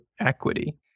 equity